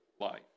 life